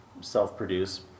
self-produce